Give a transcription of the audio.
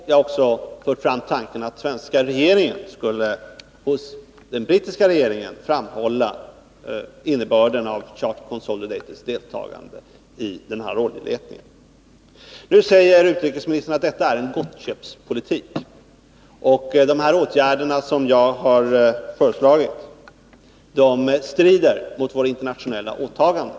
Jag har också fört fram tanken att den svenska regeringen skulle hos den brittiska regeringen framhålla innebörden av Charter Consolidateds deltagande i oljeletningen. Nu säger utrikesministern att detta är en gottköpspolitik. De åtgärder som jag har föreslagit skulle strida mot våra internationella åtaganden.